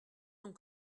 donc